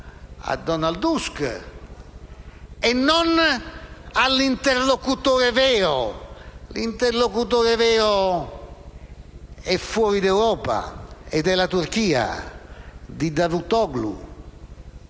a Donald Tusk, e non all'interlocutore vero. L'interlocutore vero è fuori l'Europa ed è la Turchia di Davutoğlu,